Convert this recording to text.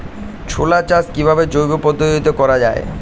ছোলা চাষ কিভাবে জৈব পদ্ধতিতে করা যায়?